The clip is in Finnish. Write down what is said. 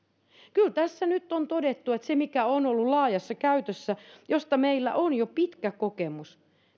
kyllä tässä nyt on todettu että käytännössä sellainen mikä on ollut laajassa käytössä ja mistä meillä on jo pitkä kokemus